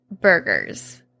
burgers